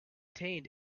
contained